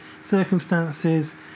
circumstances